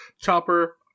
Chopper